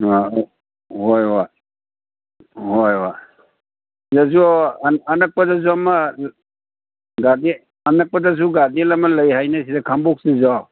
ꯍꯣꯏ ꯍꯣꯏ ꯍꯣꯏ ꯍꯣꯏ ꯁꯤꯗꯁꯨ ꯑꯅꯛꯄꯗꯁꯨ ꯑꯃ ꯒꯥꯔꯗꯦꯟ ꯑꯅꯛꯄꯗꯁꯨ ꯒꯥꯔꯗꯦꯟ ꯑꯃ ꯂꯩ ꯍꯥꯏꯅꯦ ꯁꯤꯗ ꯈꯥꯡꯉꯕꯣꯛꯁꯤꯗꯁꯨ